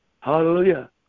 Hallelujah